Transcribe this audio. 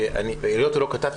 ושמעתם את זה ממני לא פעם אחת,